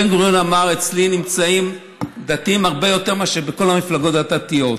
בן-גוריון אמר: אצלי נמצאים דתיים הרבה יותר מאשר בכל המפלגות הדתיות.